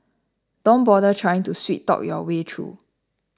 don't bother trying to sweet talk your way through